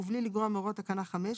ובלי לגרוע מהוראות תקנה 5,